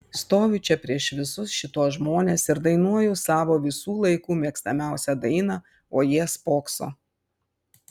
stoviu čia prieš visus šituos žmones ir dainuoju savo visų laikų mėgstamiausią dainą o jie spokso